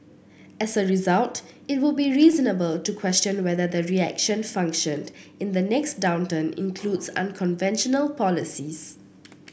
as a result it would be reasonable to question whether the reaction function in the next downturn includes unconventional policies